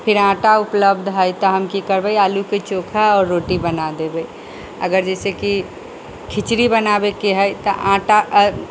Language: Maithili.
फेर आटा उपलब्ध हइ तऽ हम की करबै आलूके चोखा आओर रोटी बना देबै अगर जैसेकि खिचड़ी बनाबैके हइ तऽ आटा